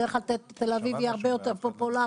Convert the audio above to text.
והדרך לתל אביב היא הרבה יותר פופולרית,